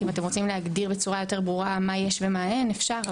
אם אתם רוצים להגדיר בצורה יותר ברורה מה יש ומה אין אפשר,